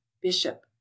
bishop